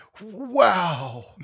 Wow